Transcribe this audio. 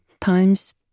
times